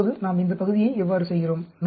இப்போது நாம் இந்த பகுதியை எவ்வாறு செய்கிறோம்